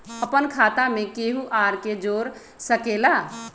अपन खाता मे केहु आर के जोड़ सके ला?